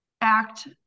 act